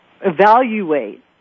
evaluate